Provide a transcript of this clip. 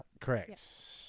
Correct